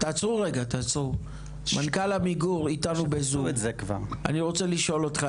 אני רוצה לשאול אותך,